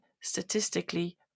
statistically